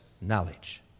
knowledge